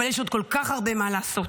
אבל יש עוד כל כך הרבה מה לעשות.